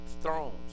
thrones